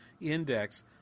Index